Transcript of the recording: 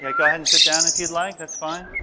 go ahead and sit down if you'd like, that's fine.